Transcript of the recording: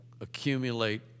accumulate